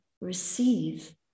receive